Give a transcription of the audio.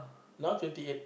now twenty eight